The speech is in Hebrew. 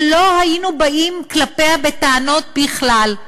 שלא היינו באים כלפיה בטענות בכלל.